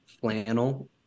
flannel